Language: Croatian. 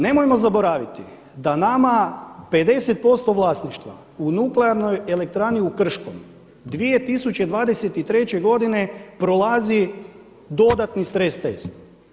Nemojmo zaboraviti da nama 50% vlasništva u nuklearnoj elektrani u Krškom 2023. godine prolazi dodatni stres test.